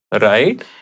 right